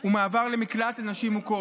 הוא מעבר למקלט לנשים מוכות.